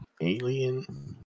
alien